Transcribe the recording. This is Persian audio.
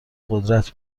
قدرت